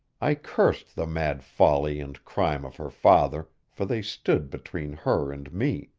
i cursed the mad folly and crime of her father, for they stood between her and me.